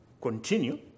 continue